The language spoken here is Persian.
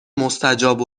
مستجاب